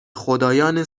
خدایان